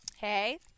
Hey